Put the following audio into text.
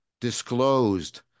disclosed